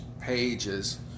pages